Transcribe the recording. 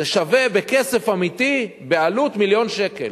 זה שווה בכסף אמיתי, בעלות, מיליון שקל,